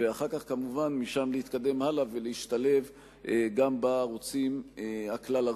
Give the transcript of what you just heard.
ואחר כך כמובן משם להתקדם הלאה ולהשתלב בערוצים הכלל-ארציים.